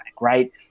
Right